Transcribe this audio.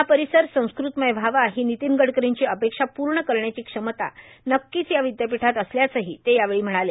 हा परिसर संस्कृतमय व्हावा ही नितीन गडकरींची अपेक्षा पूर्ण करण्याची क्षमता नक्कीच या विद्यापीठात असल्याचंही ते यावेळी म्हणाले